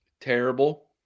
Terrible